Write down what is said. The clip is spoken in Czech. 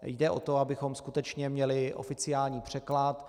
Jde o to, abychom skutečně měli oficiální překlad.